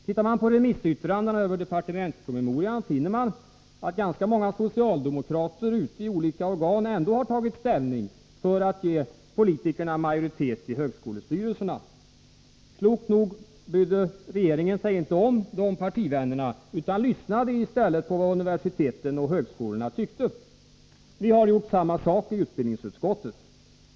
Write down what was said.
Ser man på remissyttranden över departementspromemorian finner man att ganska många socialdemokrater ute i olika organ ändå har tagit ställning för att ge politikerna majoritet i högskolestyrelserna. Klokt nog brydde sig regeringen inte om dessa partivänner utan lyssnade i stället på vad universiteten och högskolorna tyckte. Vi har gjort samma sak i utbildningsutskottet.